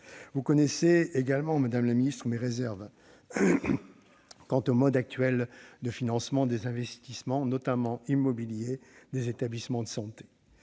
Vous connaissez également, madame la ministre, mes réserves quant aux modes actuels de financement des investissements, notamment immobiliers, des établissements de santé